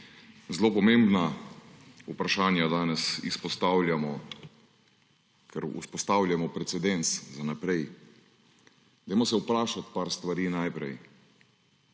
Zelo pomembna vprašanja danes izpostavljamo, ker vzpostavljamo precedens za naprej. Vprašajmo se par stvari najprej,